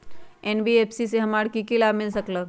NBFC से हमार की की लाभ मिल सक?